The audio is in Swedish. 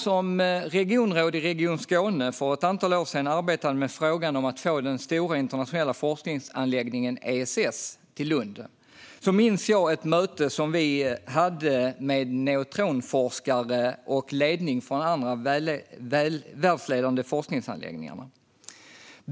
Som regionråd i Region Skåne för ett antal år sedan arbetade jag med frågan om att få den stora internationella forskningsanläggningen ESS till Lund. Jag minns ett möte vi hade med neutronforskare och ledning för andra världsledande forskningsanläggningar.